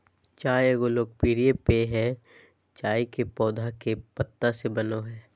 चाय एगो लोकप्रिय पेय हइ ई चाय के पौधा के पत्ता से बनो हइ